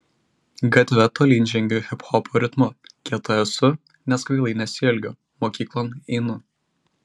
gatve tolyn žengiu hiphopo ritmu kieta esu nes kvailai nesielgiu mokyklon einu